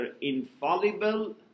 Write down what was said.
infallible